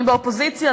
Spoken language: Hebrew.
אני באופוזיציה,